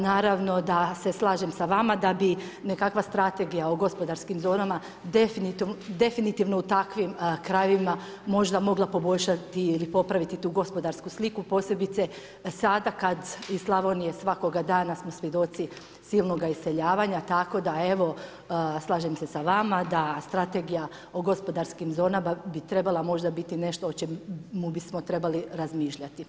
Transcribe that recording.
Naravno da se slažem sa vama da bi nekakva strategija o gospodarskim zonama definitivno u takvim krajevima možda mogla poboljšati ili popraviti tu gospodarsku sliku posebice sada kad iz Slavonije svakoga dana smo svjedoci silnoga iseljavanja tako da evo slažem se sa vama da strategija o gospodarskim zonama bi trebala možda biti nešto o čemu bi smo trebali razmišljati.